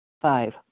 Five